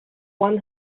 one